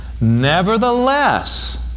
Nevertheless